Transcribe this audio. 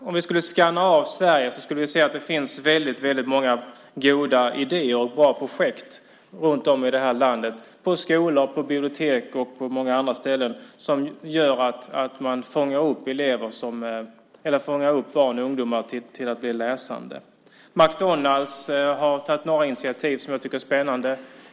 Om vi skulle skanna av Sverige skulle vi se att det finns många goda idéer och bra projekt runt om i det här landet, på skolor, på bibliotek och på många andra ställen, som gör att man fångar upp barn och ungdomar och hjälper dem att bli läsande. McDonalds har tagit några initiativ som jag tycker är spännande.